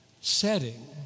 setting